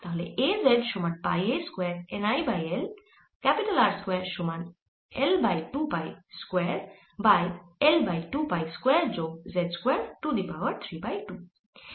তাহলে A z সমান pi a square N I by L R square সমান L by 2 pi square by L by 2 pi square যোগ z square to the power 3 by 2